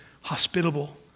hospitable